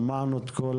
שמענו את כולם